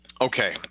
Okay